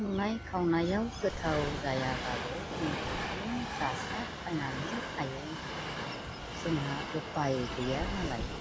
संनाय खावनायाव गोथाव जायाबाबो जों बेखौनो जासाब बायनानै थायो जोंहा उफाय गैया नालाय